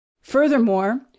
Furthermore